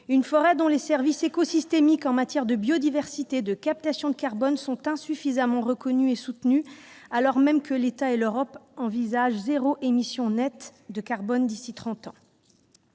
une forêt dont les services écosystémiques en matière de biodiversité et de captation de carbone sont insuffisamment reconnus et soutenus, alors même que l'État et l'Europe envisagent zéro émission nette de carbone d'ici à